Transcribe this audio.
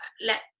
let